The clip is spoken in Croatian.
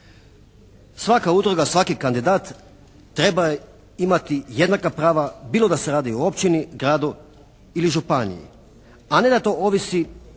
Svaka udruga, svaki kandidat treba imati jednaka prava bilo da se radi o općini, gradu ili županiji, a ne da to ovisi,